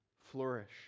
Flourish